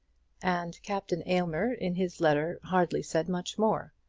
and captain aylmer in his letter hardly said much more.